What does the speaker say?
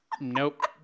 Nope